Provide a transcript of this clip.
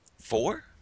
four